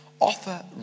Offer